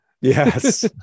Yes